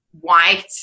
white